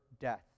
death